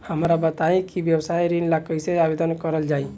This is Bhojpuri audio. हमरा बताई कि व्यवसाय ऋण ला कइसे आवेदन करल जाई?